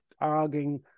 arguing